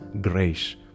grace